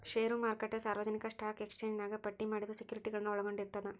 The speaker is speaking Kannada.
ಷೇರು ಮಾರುಕಟ್ಟೆ ಸಾರ್ವಜನಿಕ ಸ್ಟಾಕ್ ಎಕ್ಸ್ಚೇಂಜ್ನ್ಯಾಗ ಪಟ್ಟಿ ಮಾಡಿದ ಸೆಕ್ಯುರಿಟಿಗಳನ್ನ ಒಳಗೊಂಡಿರ್ತದ